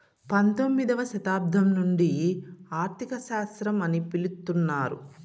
పంతొమ్మిదవ శతాబ్దం నుండి ఆర్థిక శాస్త్రం అని పిలుత్తున్నారు